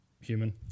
human